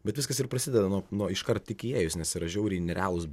bet viskas ir prasideda nuo nuo iškart tik įėjus nes yra žiauriai nerealūs